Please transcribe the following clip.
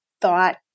thought